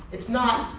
it's not,